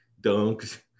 dunks